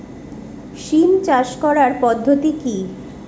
সিম চাষ করার পদ্ধতি কী?